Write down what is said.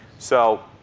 so